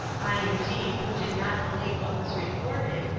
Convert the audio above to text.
i indeed, who did not believe what was reported,